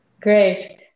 Great